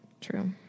True